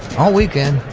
all weekend,